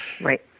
Right